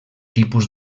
tipus